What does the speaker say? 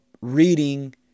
reading